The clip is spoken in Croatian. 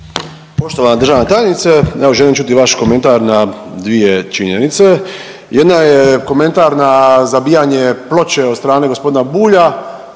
Poštovana državna tajnice, evo želim čuti vaš komentar na dvije činjenice. Jedna je komentar na zabijanje ploče od strane gospodina Bulja,